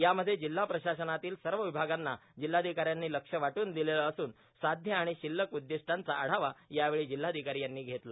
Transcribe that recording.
यामध्ये जिल्हाप्रशासनातील सव विभागांना जिल्हाधिकाऱ्यांनी लक्ष वाटून विदलेलं असून साध्य आर्गाण शिल्लक उद्दिष्टांचा आढावा यावेळी जिल्हाधिकारी यांनी घेतला